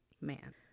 man